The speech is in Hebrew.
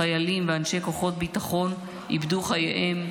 חיילים ואנשי כוחות הביטחון איבדו את חייהם,